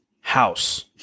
House